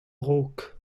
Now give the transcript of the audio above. raok